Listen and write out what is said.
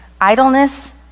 idleness